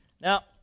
Now